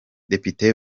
depite